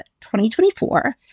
2024